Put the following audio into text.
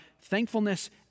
thankfulness